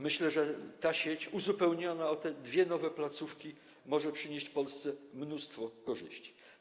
Myślę, że ta sieć uzupełniona o te dwie placówki może przynieść Polsce mnóstwo korzyści.